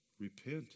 Repent